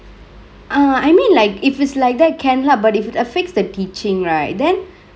err I mean like if it's like that can lah but if it affects the teachingk right then